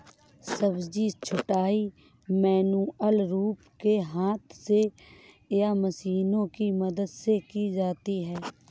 सब्जी छँटाई मैन्युअल रूप से हाथ से या मशीनों की मदद से की जाती है